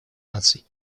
наций